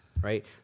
Right